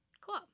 cool